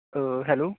hello